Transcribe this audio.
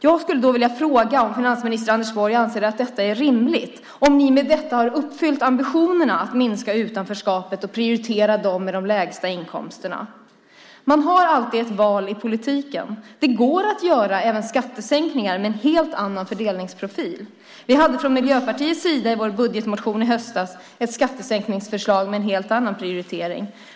Jag skulle vilja fråga om finansminister Anders Borg anser att detta är rimligt och om ni med detta har uppfyllt ambitionerna att minska utanförskapet och prioritera dem med de lägsta inkomsterna. Man har alltid ett val i politiken. Det går att göra även skattesänkningar med en helt annan fördelningsprofil. I vår budgetmotion i höstas hade vi i Miljöpartiet ett skattesänkningsförslag med en helt annan prioritering.